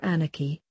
Anarchy